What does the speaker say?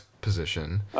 position